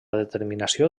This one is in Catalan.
determinació